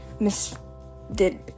misdid